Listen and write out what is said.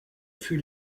fut